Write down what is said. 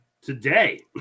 today